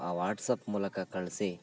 ಆ ವಾಟ್ಸ್ಆ್ಯಪ್ ಮೂಲಕ ಕಳಿಸಿ